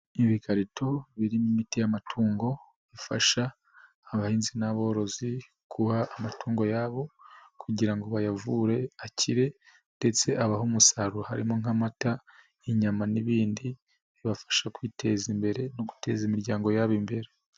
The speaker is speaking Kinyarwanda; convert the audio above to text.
Ibikarito birimo imiti y'amatungo, ifasha abahinzi n'aborozi kuba amatungo yabo kugira ngo bayavure akire ndetse abahe umusaruro harimo nk'amata, inyama n'ibindi, bibafasha kwiteza imbere no guteza imiryango yabo imbere.